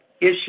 issue